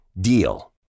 DEAL